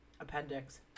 appendix